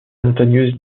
montagneuses